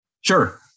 Sure